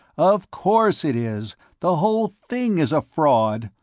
of course it is the whole thing is a fraud,